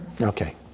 Okay